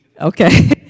Okay